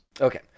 Okay